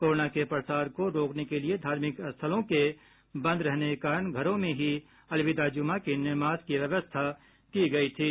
corona के प्रसार को रोकने के लिए धार्मिक स्थलों के बंद रहने के कारण घरों में ही अलविदा ज़ुमा की नमाज़ की व्यवस्था की गयी थी